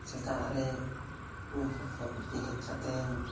ᱥᱮᱛᱟᱜ ᱨᱮ ᱩᱢ ᱯᱷᱟᱨᱪᱟᱼᱯᱷᱟᱨᱪᱤ ᱦᱮᱡ ᱠᱟᱛᱮᱫ